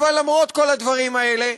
אבל למרות כל הדברים האלה,